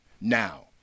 Now